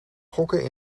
gokken